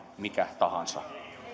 mikä tahansa